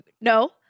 no